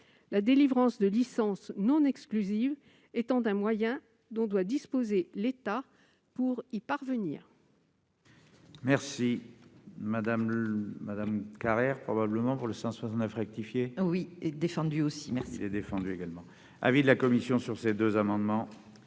la délivrance de licences non exclusives étant un moyen dont doit disposer l'État pour atteindre